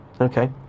Okay